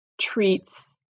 treats